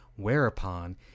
whereupon